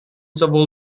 sowohl